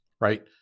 right